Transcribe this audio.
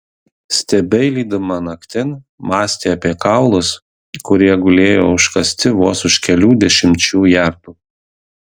stebeilydama naktin mąstė apie kaulus kurie gulėjo užkasti vos už kelių dešimčių jardų